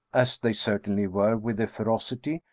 as they certainly were with the ferocity,